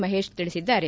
ಮಹೇಶ್ ತಿಳಿಸಿದ್ದಾರೆ